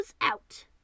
out